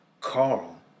Carl